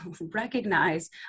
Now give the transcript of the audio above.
recognize